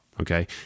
Okay